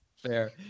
fair